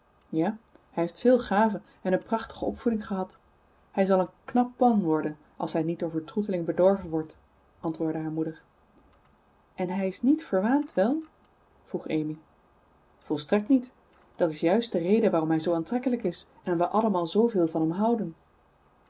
ja hij heeft veel gaven en een prachtige opvoeding gehad hij zal een knap man worden als hij niet door vertroeteling bedorven wordt antwoordde haar moeder en hij is niet verwaand wel vroeg amy volstrekt niet dat is juist de reden waarom hij zoo aantrekkelijk is en we allemaal zooveel van hem houden